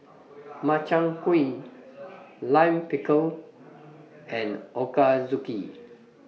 Makchang Gui Lime Pickle and Ochazuke